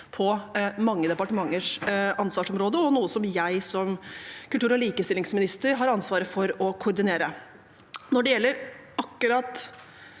på mange departementers ansvarsområder, og noe jeg som kultur- og likestillingsminister har ansvaret for å koordinere. Når det gjelder